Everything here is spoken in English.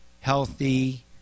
healthy